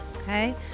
Okay